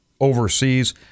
overseas